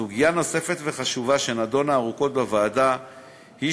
סוגיה נוספת וחשובה שנדונה ארוכות בוועדה היא